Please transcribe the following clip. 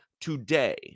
today